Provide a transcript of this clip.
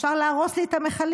אפשר להרוס לי את המכלים.